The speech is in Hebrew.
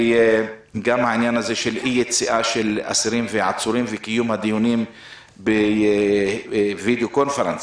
וגם באי יציאה של אסירים ועצורים וקיום דיונים בווידיאו קונפרנס.